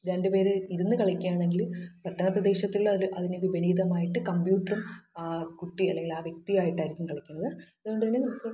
രണ്ട് പേര് ഇരുന്ന് കളിക്കുകയാണെങ്കിൽ പട്ടണ പ്രദേശത്തിലുള്ളതിന് വിപരീതമായിട്ട് കമ്പ്യൂട്ടറും കുട്ടി അല്ലെങ്കിൽ ആ വ്യക്തിയുമായിട്ടായിരിക്കും കളിക്കുന്നത് അതുകൊണ്ടുതന്നെ